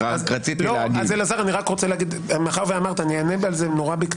מאחר ואמרת, אני אענה על זה בקצרה.